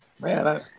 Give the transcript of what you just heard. Man